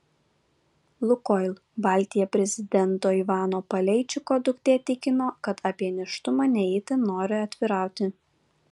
lukoil baltija prezidento ivano paleičiko duktė tikino kad apie nėštumą ne itin nori atvirauti